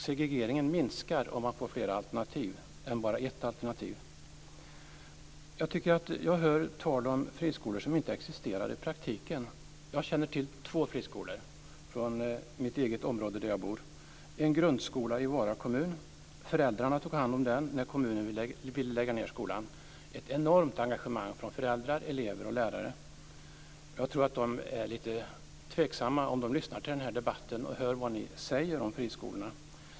Segregeringen minskar om man får fler alternativ än bara ett. Jag hör talas om friskolor som inte existerar i praktiken. Jag känner till två friskolor från det område där jag bor. Den ena är en grundskola i Vara kommun. Föräldrarna tog hand om den när kommunen ville lägga ned skolan. Det är ett enormt engagemang från föräldrar, elever och lärare. Jag tror att de känner sig lite tveksamma om de lyssnar till den här debatten och hör vad ni säger om friskolorna.